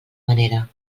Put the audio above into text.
manera